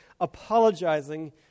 apologizing